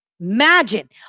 Imagine